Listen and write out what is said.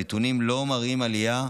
הנתונים לא מראים עלייה,